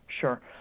Sure